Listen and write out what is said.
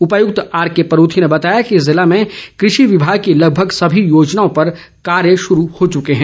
उपायुक्त आरके परूथी ने बताया कि जिले में कृषि विभाग की लगभग सभी योजनाओं पर कार्य शुरू हो चुके हैं